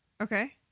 Okay